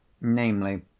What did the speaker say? namely